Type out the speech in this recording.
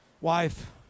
wife